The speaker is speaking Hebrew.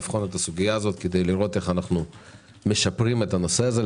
לבחון את הסוגיה הזאת כדי לראות איך אנחנו משפרים את הנושא זה.